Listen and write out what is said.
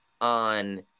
on